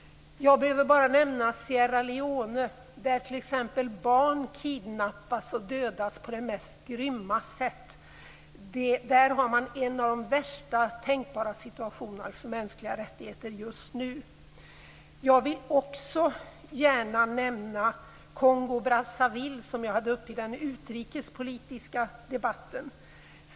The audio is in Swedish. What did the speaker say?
Jag behöver bara nämna Sierra Leone där t.ex. barn kidnappas och dödas på det mest grymma sätt. Där är situationen för de mänskliga rättigheterna en av de värsta man kan tänka sig just nu. Jag vill också gärna nämna Kongo-Brazzaville som jag tog upp i den utrikespolitiska debatten.